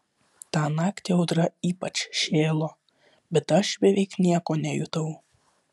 tą naktį audra ypač šėlo bet aš beveik nieko nejutau